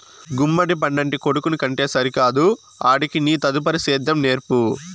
గుమ్మడి పండంటి కొడుకుని కంటే సరికాదు ఆడికి నీ తదుపరి సేద్యం నేర్పు